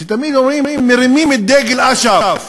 שכן תמיד אומרים "מרימים את דגל אש"ף",